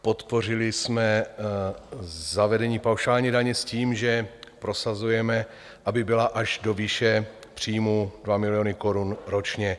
Podpořili jsme zavedení paušální daně s tím, že prosazujeme, aby byla až do výše příjmů 2 miliony korun ročně.